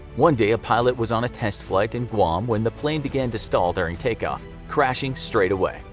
one day, a pilot was on a test flight in guam when the plane began to stall during take-off, crashing straightaway.